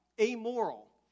amoral